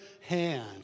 hand